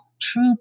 true